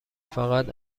فقط